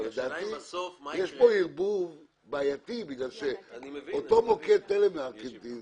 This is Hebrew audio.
לדעתי יש פה ערבוב בעייתי בגלל שאותו מוקד טלמרקטינג,